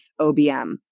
OBM